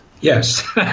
Yes